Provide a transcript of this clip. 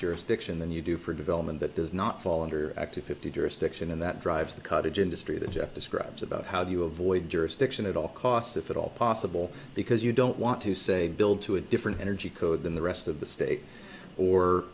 jurisdiction than you do for development that does not fall under active fifty jurisdiction and that drives the cottage industry that jeff describes about how do you avoid jurisdiction at all costs if at all possible because you don't want to say build to a different energy code than the rest of the state or